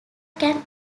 can